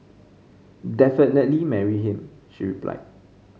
definitely marry him she replied